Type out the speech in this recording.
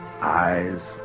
eyes